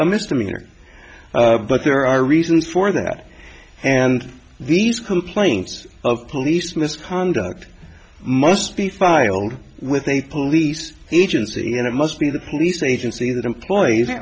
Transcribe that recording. a misdemeanor but there are reasons for that and these complaints of police misconduct must be filed with a police agency and it must be the police agency that employees th